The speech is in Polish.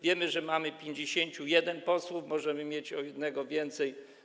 Wiemy, że mamy 51 posłów, możemy mieć o jednego więcej.